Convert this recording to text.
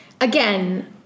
again